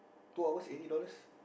two hours eighty dollars